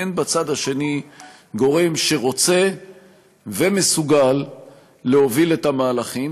אין בצד השני גורם שרוצה ומסוגל להוביל את המהלכים.